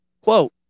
Quote